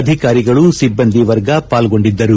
ಅಧಿಕಾರಿಗಳು ಸಿಬ್ಬಂದಿ ವರ್ಗ ಪಾಲ್ಗೊಂಡಿದ್ದರು